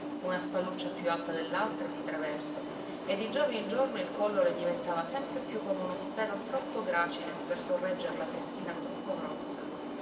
una spalluccia più alta dell'altra e di traverso e di giorno in giorno il collo le diventava sempre più come uno stelo troppo gracile per sorregger la testina troppo grossa